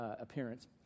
appearance